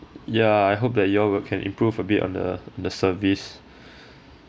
ya I hope that you all will can improve a bit on the the service